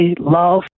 love